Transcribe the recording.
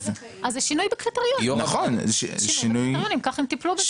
זה שינוי בקריטריונים, כך הם טיפלו בזה.